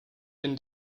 been